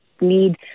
need